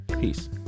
peace